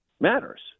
matters